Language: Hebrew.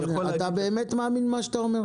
אתה באמת מאמין במה שאתה אומר?